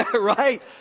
Right